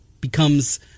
becomes